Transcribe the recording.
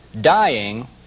dying